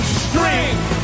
strength